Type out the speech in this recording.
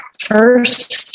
first